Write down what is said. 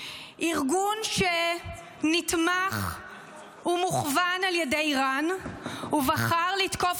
ארגון שנתמך ומוכוון על ידי איראן ובחר לתקוף